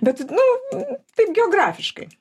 bet nu taip geografiškai